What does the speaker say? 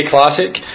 Classic